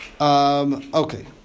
Okay